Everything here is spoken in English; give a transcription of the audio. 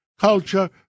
culture